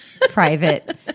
private